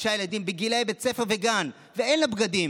שישה ילדים בגילי בית ספר וגן ואין לה בגדים